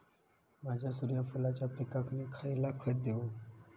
माझ्या सूर्यफुलाच्या पिकाक मी खयला खत देवू?